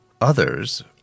Others